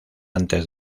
antes